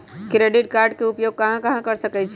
Credit card के उपयोग कहां कहां कर सकईछी?